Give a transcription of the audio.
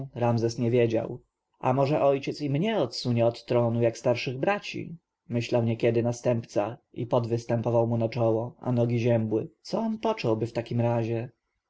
ramzes nie wiedział a może ojciec i mnie odsunie od tronu jak starszych braci myślał niekiedy następca i pot występował mu na czoło a nogi ziębły co on począłby w takim razie